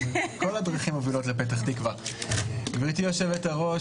גברתי יושבת-הראש,